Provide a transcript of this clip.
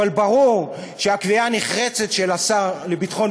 אבל ברור שהקביעה הנחרצת של השר לביטחון